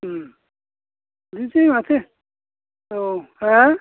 बिदिनोसै माथो औ मा